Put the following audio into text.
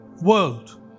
world